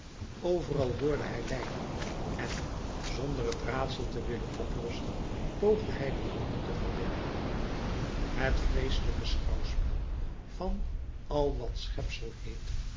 overal hoorde hij lijden en zonder het raadsel te willen oplossen poogde hij de wonde te verbinden het vreeselijk schouwspel van al wat